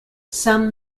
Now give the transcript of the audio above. some